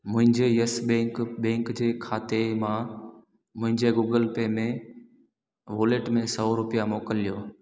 मुंहिंजे Yes Bank bank जे खाते मां मुंहिंजे गूगल पे में वॉलेट में सौ रुपिया मोकिलियो